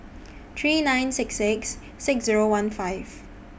three nine six six six Zero one five